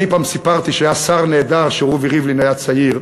אני פעם סיפרתי שהיה שר נהדר כשרובי ריבלין היה צעיר,